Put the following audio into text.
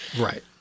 Right